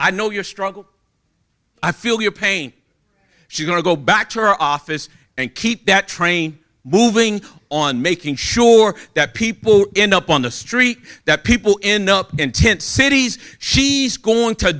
i know your struggle i feel your pain she's going to go back to her office and keep that train moving on making sure that people who end up on the street that people in the in tent cities she's going to